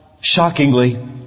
shockingly